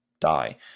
die